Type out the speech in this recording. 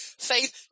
Faith